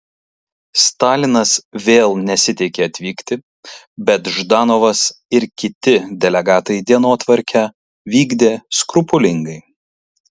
stalinas vėl nesiteikė atvykti bet ždanovas ir kiti delegatai dienotvarkę vykdė skrupulingai